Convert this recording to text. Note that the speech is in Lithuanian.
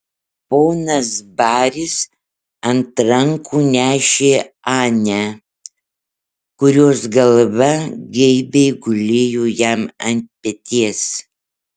ponas baris ant rankų nešė anę kurios galva geibiai gulėjo jam ant peties